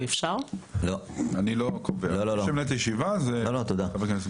לכן ההתנהלות הייתה של מקרה חירום.